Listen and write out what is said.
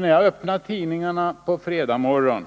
När jag öppnade tidningarna på fredagsmorgonen